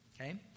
Okay